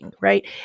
right